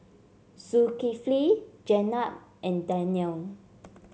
Zulkifli Jenab and Danial